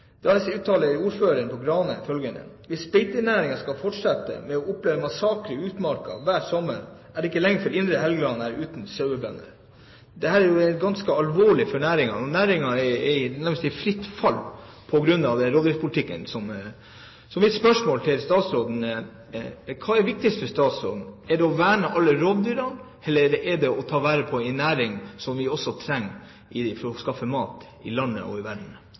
ordføreren i Grane følgende: «Viss beitenæringa skal fortsette med å oppleve massakre i utmarka hver sommer, er det ikke lenge før indre Helgeland er uten sauebønder.» Dette er jo ganske alvorlig for næringen. Næringen er nærmest i fritt fall på grunn av rovdyrpolitikken. Så mitt spørsmål til statsråden er: Hva er viktigst for statsråden? Er det å verne alle rovdyrene, eller er det å ta vare på en næring som vi også trenger for å skaffe mat i landet og i verden?